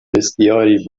بسیاری